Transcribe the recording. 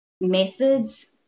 methods